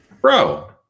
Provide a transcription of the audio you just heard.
Bro